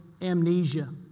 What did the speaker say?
amnesia